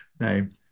name